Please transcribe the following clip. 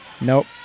Nope